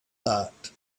thought